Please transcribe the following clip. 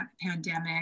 pandemic